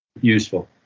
useful